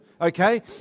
okay